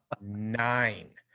nine